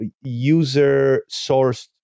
user-sourced